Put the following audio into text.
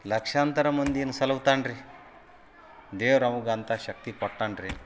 ಲಕ್ಷಾಂತರ ಮಂದಿಯನ್ನು ಸಲುಹುತಾನೆ ರೀ ದೇವ್ರು ಅಂವ್ಗೆ ಅಂಥ ಶಕ್ತಿ ಕೊಟ್ಟಾನೆ ರೀ